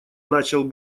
начал